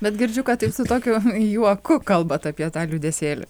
bet girdžiu kad taip su tokiu juoku kalbat apie tą judesėlį